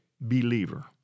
believer